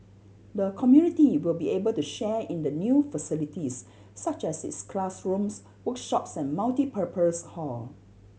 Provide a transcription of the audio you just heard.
the community will be able to share in the new facilities such as its classrooms workshops and multipurpose hall